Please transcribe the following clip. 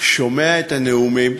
שומע את הנאומים,